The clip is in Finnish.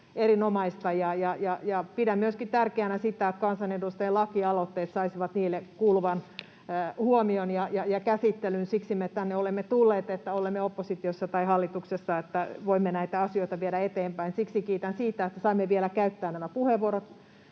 Pidän myöskin tärkeänä sitä, että kansanedustajien lakialoitteet saisivat niille kuuluvan huomion ja käsittelyn. Siksi me tänne olemme tulleet, olemme oppositiossa tai hallituksessa, että voimme näitä asioita viedä eteenpäin. Siksi kiitän puhemiestä siitä, että saimme vielä käyttää nämä puheenvuorot,